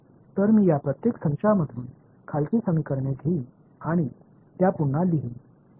तर मी या प्रत्येक संचामधून खालची समीकरण घेईन आणि त्या पुन्हा लिहीन